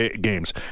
games